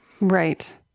Right